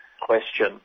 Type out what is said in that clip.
question